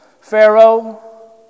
Pharaoh